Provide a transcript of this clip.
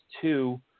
two